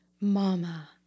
Mama